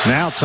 Now